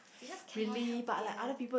you just cannot help it eh